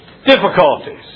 Difficulties